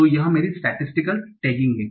तो यह मेरी स्टेटिस्टिकल टैगिंग है